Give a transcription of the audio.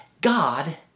God